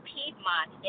Piedmont